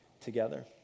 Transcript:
together